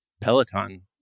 Peloton